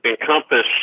encompass